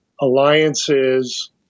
alliances